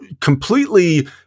completely